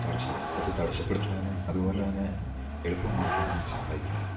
തടസ്സം അത് തടസ്സപ്പെടുത്തുവാനും അതുപോലെ തന്നെ എളുപ്പമാക്കുവാനും സഹായിക്കുന്നു